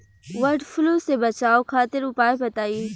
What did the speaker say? वड फ्लू से बचाव खातिर उपाय बताई?